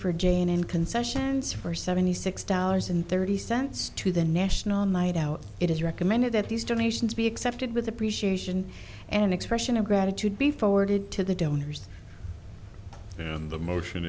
for jane and concessions for seventy six dollars and thirty cents to the national night out it is recommended that these donations be accepted with appreciation and an expression of gratitude be forwarded to the donors and the motion